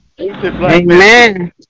Amen